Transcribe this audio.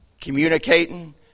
Communicating